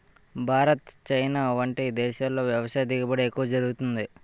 Bharat, China వంటి దేశాల్లో వ్యవసాయ దిగుబడి ఎక్కువ జరుగుతుంది